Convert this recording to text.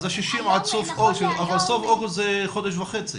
ה-60 עד סוף אוגוסט אבל סוף אוגוסט זה חודש וחצי.